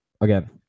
again